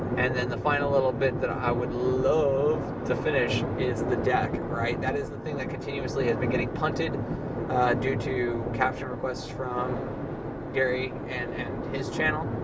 and then, the final little bit that i would love to finish is the deck. that is the thing that continuously has been getting punted due to caption requests from gary and and his channel.